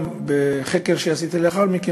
גם בחקר שעשיתי לאחר מכן,